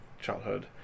childhood